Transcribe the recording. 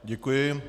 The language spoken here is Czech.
Děkuji.